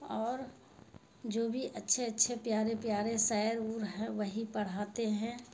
اور جو بھی اچھے اچھے پیارے پیارے شعر اور ہیں وہی پڑھاتے ہیں